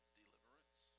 deliverance